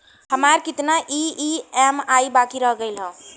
हमार कितना ई ई.एम.आई बाकी रह गइल हौ?